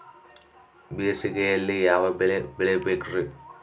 ಬೇಸಿಗೆಯಲ್ಲಿ ಯಾವ ಬೆಳೆ ಬೆಳಿಬೇಕ್ರಿ?